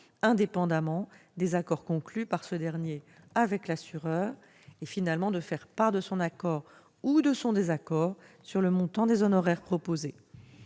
indépendamment des accords conclus par ce dernier avec l'assureur et, finalement, de faire part de son accord ou de son désaccord sur le montant des honoraires proposés.